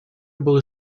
был